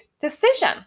decision